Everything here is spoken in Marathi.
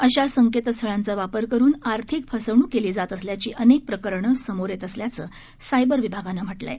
अशा संकेतस्थळांचा वापर करून आर्थिक फसवणूक केली जात असल्याची अनेक प्रकरणं समोर येत असल्याचं सायबर विभागानं म्हटलं आहे